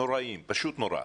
פשוט נורא.